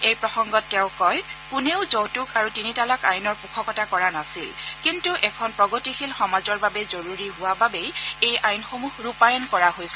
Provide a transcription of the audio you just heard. এই প্ৰসংগত তেওঁ কয় যে কোনোও যৌতুক আৰু তিনি তালাক আইনৰ পোষকতা কৰা নাছিল কিন্তু এখন প্ৰগতিশীল সমাজৰ বাবে জৰুৰী হোৱা বাবে এই আইনসমূহ ৰূপায়ণ কৰা হৈছিল